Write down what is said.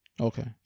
Okay